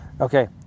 okay